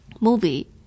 Movie